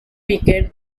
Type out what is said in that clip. weekend